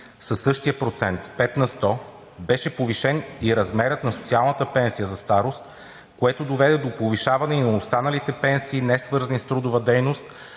със същия процент – пет на сто, беше повишен и размерът на социалната пенсия за старост, което доведе до повишаване и на останалите пенсии, несвързани с трудова дейност,